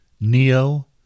Neo